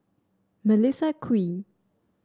Melissa Kwee